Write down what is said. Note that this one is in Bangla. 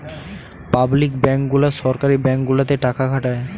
পাবলিক ব্যাংক গুলা সরকারি ব্যাঙ্ক গুলাতে টাকা খাটায়